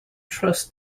trust